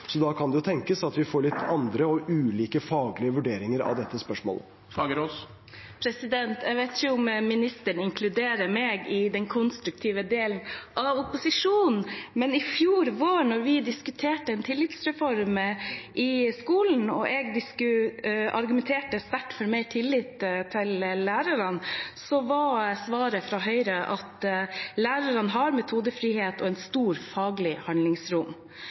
så da kan det jo tenkes at vi får litt andre og ulike faglige vurderinger av dette spørsmålet. Jeg vet ikke om ministeren inkluderer meg i den konstruktive delen av opposisjonen, men i fjor vår da vi diskuterte en tillitsreform i skolen og jeg argumenterte sterkt for mer tillit til lærerne, var svaret fra Høyre at lærerne har metodefrihet og et stort faglig handlingsrom. Men å innføre modeller for fleksibel skolestart er en stor